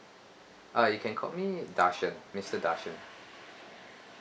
uh you can call me darshan mister darshan